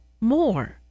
more